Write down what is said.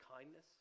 kindness